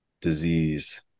disease